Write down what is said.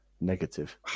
negative